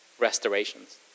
restorations